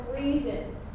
Reason